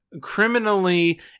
criminally